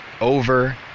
over